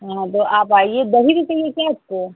हाँ तो आप आइए दही भी चाहिए क्या आपको